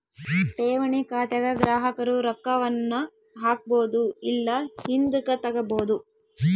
ಠೇವಣಿ ಖಾತೆಗ ಗ್ರಾಹಕರು ರೊಕ್ಕವನ್ನ ಹಾಕ್ಬೊದು ಇಲ್ಲ ಹಿಂದುಕತಗಬೊದು